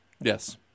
Yes